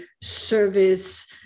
service